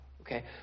okay